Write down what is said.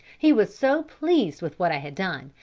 he was so pleased with what i had done,